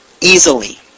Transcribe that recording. Easily